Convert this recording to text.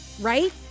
right